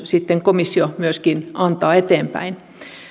sitten myöskin antaa eteenpäin